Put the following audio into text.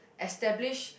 established